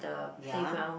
ya